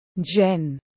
Jen